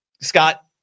Scott